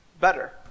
Better